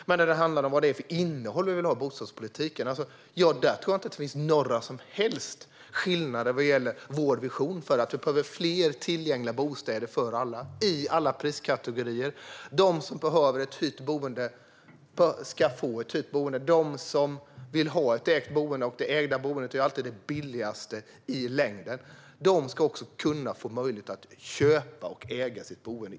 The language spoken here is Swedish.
När det däremot handlar om vad det är för innehåll vi vill ha i bostadspolitiken tror jag inte att det finns några som helst skillnader vad gäller vision. Vi behöver fler tillgängliga bostäder för alla i alla priskategorier. De som behöver ett hyrt boende ska få ett hyrt boende. De som vill ha ett ägt boende, och det är ju alltid det billigaste i längden, ska också få möjlighet att köpa och äga sitt boende.